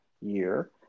year